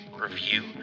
review